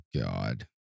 God